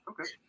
Okay